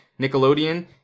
Nickelodeon